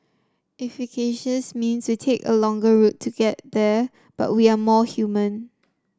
efficacious means we take a longer route to get there but we are more human